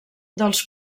dels